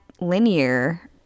linear